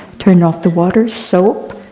turn off the water, soap,